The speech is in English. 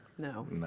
No